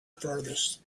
furthest